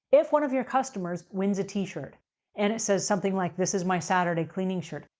if one of your customers wins a t-shirt and it says something like, this is my saturday cleaning shirt,